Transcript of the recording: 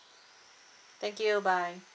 thank you bye